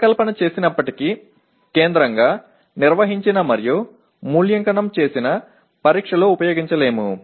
రూపకల్పన చేసినప్పటికీ కేంద్రంగా నిర్వహించిన మరియు మూల్యాంకనం చేసిన పరీక్షలో ఉపయోగించలేము